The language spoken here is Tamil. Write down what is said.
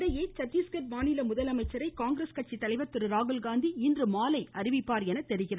இதனிடையே சத்திஸ்கட் மாநில முதலமைச்சரை காங்கிரஸ் கட்சித் தலைவர் திருராகுல்காந்தி இன்றுமாலை அறிவிப்பார் என தெரிகிறது